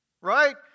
Right